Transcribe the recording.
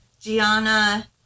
Gianna